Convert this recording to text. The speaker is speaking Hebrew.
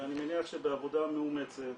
ואני מניח שבעבודה מאומצת,